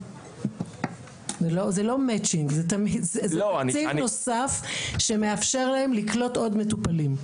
זה תקציב נוסף שמאפשר להם לקלוט עוד מטופלים.